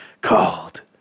called